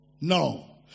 No